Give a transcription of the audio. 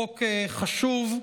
חוק חשוב.